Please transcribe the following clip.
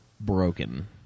broken